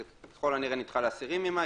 זה ככל הנראה נדחה ל-10 למאי,